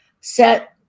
set